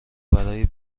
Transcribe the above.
برای